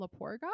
LaPorga